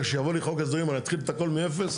שיבוא לי חוק ההסדרים אני אתחיל את הכל מאפס,